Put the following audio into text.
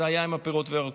שזה היה עם הפירות והירקות.